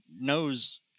knows